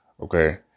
Okay